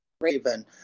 Raven